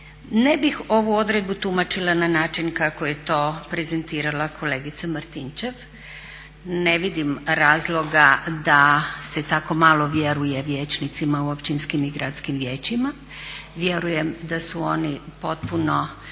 Ne bih ovu odredbu tumačila na način kako je to prezentirala kolegica Martinčev. Ne vidim razloga da se tako malo vjeruje vijećnicima u općinskim i gradskim vijećima, vjerujem da su oni potpuno